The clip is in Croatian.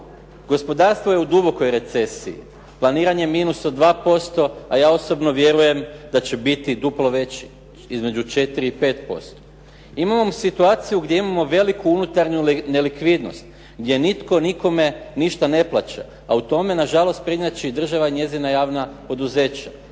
Gospodarstvo je u dubokoj recesiji, planiranje minus od 2% a ja osobno vjerujem da će biti duplo veći između 4 i 5%. Imamo situaciju gdje imamo veliku unutarnju nelikvidnost, gdje nitko nikome ništa ne plaća. A u tome nažalost prednjači i država, njezina javna poduzeća.